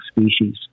species